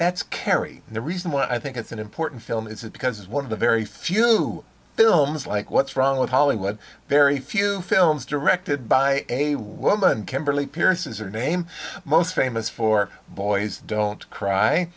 that's kerry and the reason why i think it's an important film is that because one of the very few films like what's wrong with hollywood very few films directed by a woman kimberly peirce is their name most famous for boys don't cry